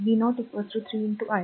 v 0 3 i x